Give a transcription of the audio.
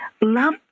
love